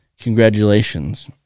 Congratulations